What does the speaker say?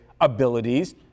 abilities